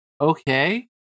Okay